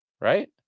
right